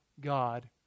God